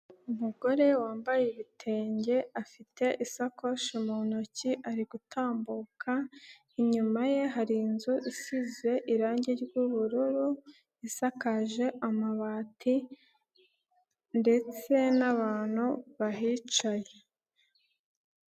Umugore wambaye ibitenge afite isakoshi mu ntoki ari gutambuka, inyuma ye hari inzu isize irangi ry'ubururu isakaje amabati ndetse n'abantu bahicaye.